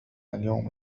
اليوم